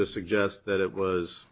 to suggest that it was